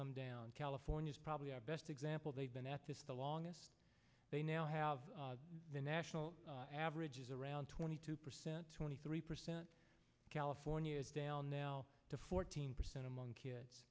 come down california's probably our best example they've been at this the longest they now have the national average is around twenty two percent twenty three percent california is down now to fourteen percent among